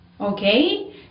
okay